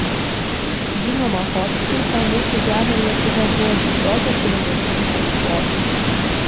žinoma chodzkai ta mūsų žemė lietuva buvo didžiosios kunigaikštystės plotai